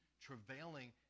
travailing